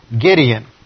Gideon